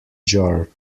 jar